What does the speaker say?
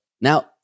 Now